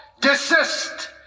desist